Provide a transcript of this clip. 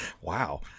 Wow